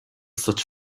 such